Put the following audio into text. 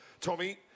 Tommy